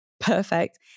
perfect